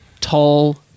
tall